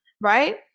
right